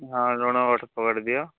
ହଁ ଲୁଣ ଗୋଟେ ପକେଟ୍ ଦିଅ